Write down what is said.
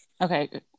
Okay